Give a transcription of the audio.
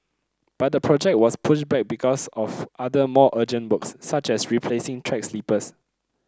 but the project was pushed back because of other more urgent works such as replacing track sleepers